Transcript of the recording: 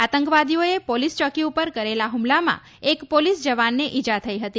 આતંકવાદીઓએ પોલીસ ચોકી ઉપર કરેલા હુમલામાં એક પોલીસ જવાનને ઈજા થઈ હતી